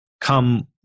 come